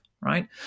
Right